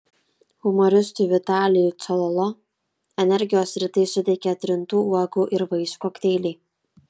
humoristui vitalijui cololo energijos rytais suteikia trintų uogų ir vaisių kokteiliai